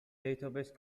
database